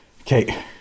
Okay